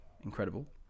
incredible